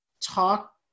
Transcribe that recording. talk